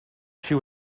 she